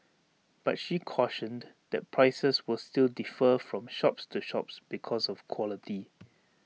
but she cautioned that prices will still defer from shops to shops because of quality